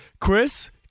Chris